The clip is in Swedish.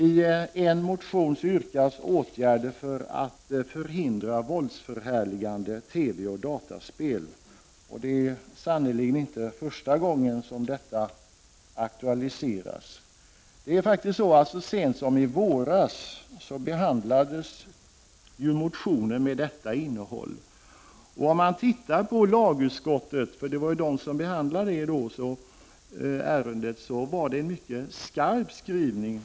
I en motion yrkas på åtgärder för att förhindra spridning av TV och dataspel med våldsförhärligande innehåll. Det är sannerligen inte första gången som detta aktualiseras. Så sent som i våras behandlades motioner med detta innehåll. Lagutskottet, som behandlade detta ärende, presenterade en mycket skarp skrivning.